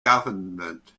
government